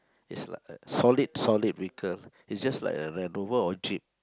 it's like solid solid vehicle it's just like a land rover or jeep